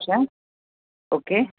अच्छा ओके